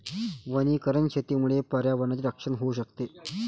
वनीकरण शेतीमुळे पर्यावरणाचे रक्षण होऊ शकते